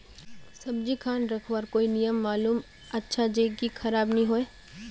सब्जी खान रखवार कोई नियम मालूम अच्छा ज की खराब नि होय?